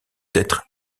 être